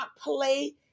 play